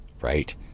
Right